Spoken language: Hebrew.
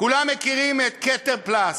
כולם מכירים את "כתר פלסט",